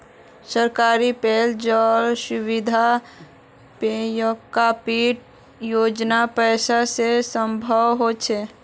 सरकारी पेय जल सुविधा पीएफडीपी योजनार पैसा स संभव हल छ